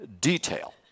detail